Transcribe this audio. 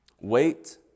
Wait